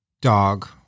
dog